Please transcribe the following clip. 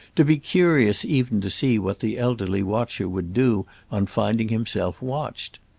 to be curious even to see what the elderly watcher would do on finding himself watched.